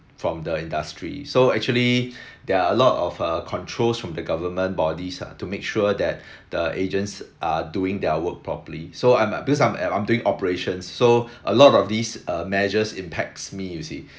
from the industry so actually there are a lot of uh controls from the government bodies ah to make sure that the agents are doing their work properly so I'm I'm because I'm I'm doing operations so a lot of these uh measures impacts me you see